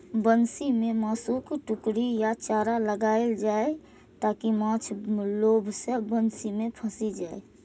बंसी मे मासुक टुकड़ी या चारा लगाएल जाइ, ताकि माछ लोभ मे बंसी मे फंसि जाए